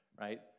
right